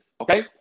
Okay